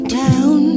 down